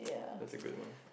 that's a good one